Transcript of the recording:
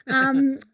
um,